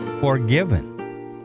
Forgiven